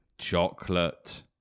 Chocolate